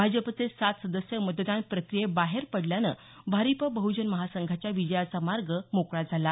भाजपचे सात सदस्य मतदान प्रक्रियेबाहेर पडल्यानं भारीप बह्जन महासंघाच्या विजयाचा मार्ग मोकळा झाला